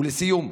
ולסיום,